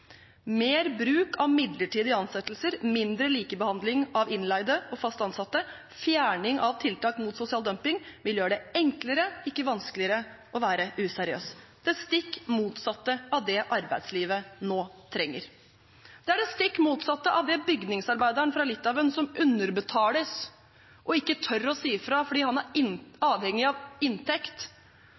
Mer bruk av midlertidige ansettelser, mindre likebehandling av innleide og fast ansatte og fjerning av tiltak mot sosial dumping vil gjøre det enklere, ikke vanskeligere, å være useriøs – det stikk motsatte av det arbeidslivet nå trenger. Det er det stikk motsatte av det bygningsarbeideren fra Litauen, som underbetales og ikke tør å si fra fordi han er avhengig av inntekt,